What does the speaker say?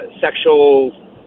sexual